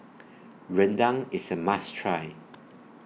Rendang IS A must Try